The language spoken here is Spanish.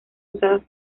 usadas